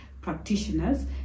practitioners